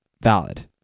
valid